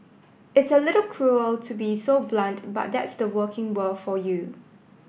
it's a little cruel to be so blunt but that's the working world for you